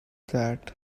that